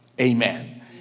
Amen